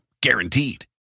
Guaranteed